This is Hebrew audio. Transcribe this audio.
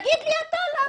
תגיד לי אתה למה.